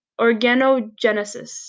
organogenesis